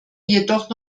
jedoch